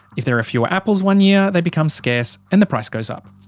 if there are fewer apples one year, they become scarce, and the price goes up.